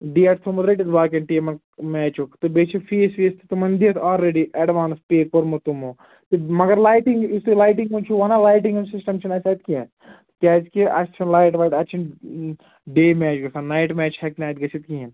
date تھوٚومُت رٔٹِتھ باقِیَن ٹیٖمن میچُک تہٕ بیٚیہِ چھُ فیٖس ویٖس تہِ تِمَن دِتھ آلریڈی ایڈوانس پےٚ کوٚرمُت تِمو تہٕ مگر لایٹِنٛگ یُس تۅہہِ لایٹِنٛگ منٛز چھُو وَنان لایٹِنٛگ ہُنٛد سِسٹَم چھُنہٕ اَسہِ تتہِ کیٚنٛہہ کیٛازِکہِ اَسہِ چھُنہٕ لایٹ وایٹ اَتہِ چھُنہٕ ڈے میچ گژھان نایِٹ میچ ہیٚکہِ نہٕ اَتہِ گٔژھِتھ کِہیٖنٛۍ